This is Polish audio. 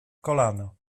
kolano